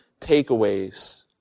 takeaways